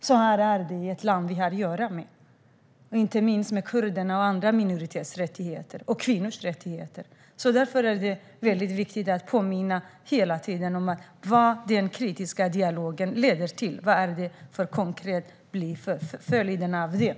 Så är det i ett land som vi har att göra med, och det handlar inte minst om kurdernas och andra minoriteters rättigheter liksom om kvinnors rättigheter. Därför är det väldigt viktigt att hela tiden påminna om vad den kritiska dialogen leder till. Vad är det som konkret blir följden av den?